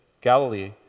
Galilee